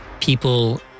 People